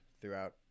throughout